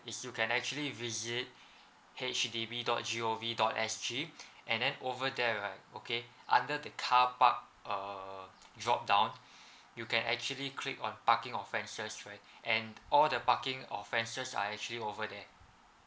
is you can actually visit H D B dot G O V dot S_G and then over there right okay under the car park uh drop down you can actually click on parking offences right and all the parking offences are actually over there